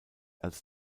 als